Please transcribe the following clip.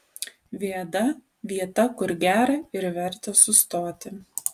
viada vieta kur gera ir verta sustoti